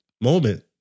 moment